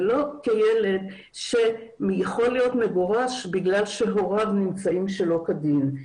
ולא כילד שיכול להיות מגורש בגלל שהוריו נמצאים שלא כדין.